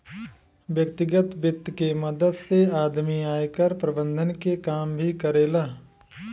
व्यतिगत वित्त के मदद से आदमी आयकर प्रबंधन के काम भी करेला